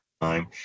time